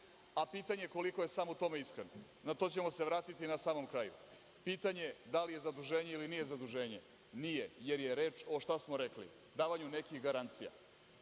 a pitanje je koliko je samo u tome iskren. Na to ćemo se vratiti na samom kraju. Pitanje da li je zaduženje ili nije zaduženje? Nije, jer je reč o davanju nekih garancija.